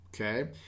okay